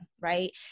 right